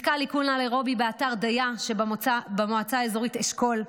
מתקן עיכול אנאירובי באתר דיה שבמועצה האזורית אשכול,